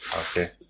Okay